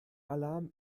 alarm